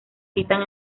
citan